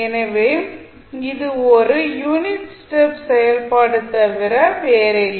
எனவே இது ஒரு யூனிட் ஸ்டெப் செயல்பாடு தவிர வேறில்லை